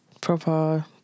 proper